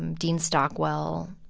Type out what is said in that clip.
um dean stockwell,